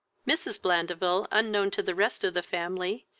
mrs. blandeville, unknown to the rest of the family,